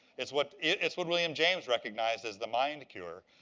it's what it's what william james recognized as the mind cure.